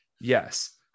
Yes